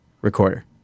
Recorder